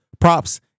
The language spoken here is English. props